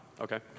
Okay